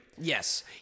Yes